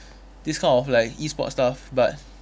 this kind of like E sports stuff but